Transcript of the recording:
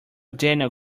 daniel